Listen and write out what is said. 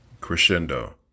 Crescendo